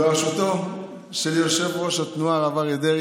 בראשותו של יושב-ראש התנועה הרב אריה דרעי,